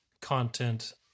content